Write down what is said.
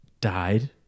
died